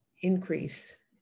increase